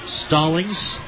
Stallings